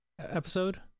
episode